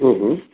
हम्म हम्म